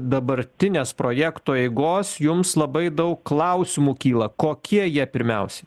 dabartinės projekto eigos jums labai daug klausimų kyla kokie jie pirmiausia